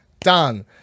done